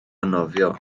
nofio